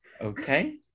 okay